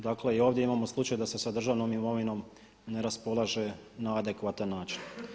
Dakle i ovdje imamo slučaj da se sa državnom imovinom ne raspolaže na adekvatan način.